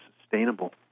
sustainable